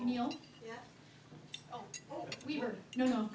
you know